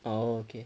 orh okay